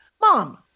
mom